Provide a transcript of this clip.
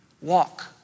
Walk